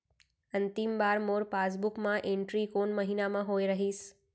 अंतिम बार मोर पासबुक मा एंट्री कोन महीना म होय रहिस?